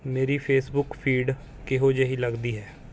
ਮੇਰੀ Facebook feed ਕਿਹੋ ਜਿਹੀ ਲੱਗਦੀ ਹੈ